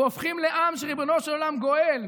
והופכים לעם שריבונו של עולם גואל,